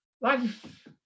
Life